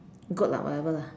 goat lah whatever lah